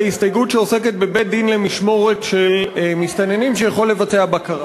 ההסתייגות שעוסקת בבית-דין למשמורת של מסתננים שיכול לבצע בקרה.